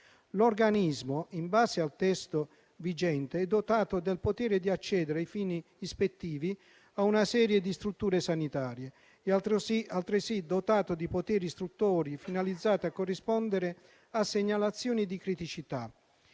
L'Organismo, in base al testo vigente, è dotato del potere di accedere ai fini ispettivi a una serie di strutture sanitarie ed è altresì dotato di poteri istruttori finalizzati a corrispondere a segnalazioni di criticità;